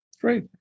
Great